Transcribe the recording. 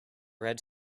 red